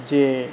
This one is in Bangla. যে